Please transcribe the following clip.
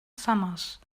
summers